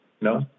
no